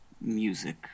music